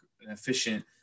efficient